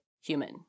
human